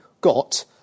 got